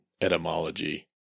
etymology